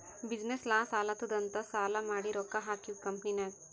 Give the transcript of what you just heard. business loss ಆಲಾತ್ತುದ್ ಅಂತ್ ಸಾಲಾ ಮಾಡಿ ರೊಕ್ಕಾ ಹಾಕಿವ್ ಕಂಪನಿನಾಗ್